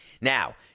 Now